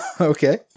Okay